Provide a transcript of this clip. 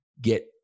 get